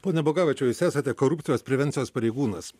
pone bogavičiau jūs esate korupcijos prevencijos pareigūnas